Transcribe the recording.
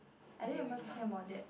I didn't remember talking about that